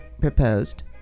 proposed